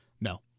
No